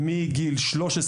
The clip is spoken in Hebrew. מגיל 13,